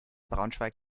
braunschweig